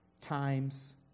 times